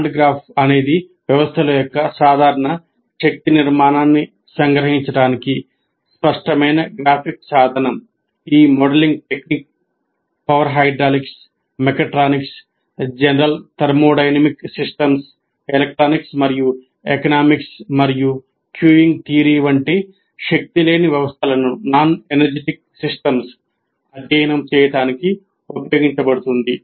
bond graph అధ్యయనం చేయడానికి ఉపయోగించబడుతుంది